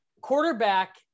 quarterback